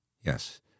Yes